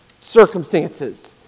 circumstances